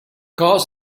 cause